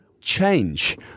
change